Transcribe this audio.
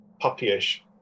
puppyish